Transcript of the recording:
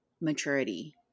maturity